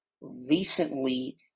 recently